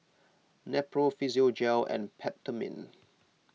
Nepro Physiogel and Peptamen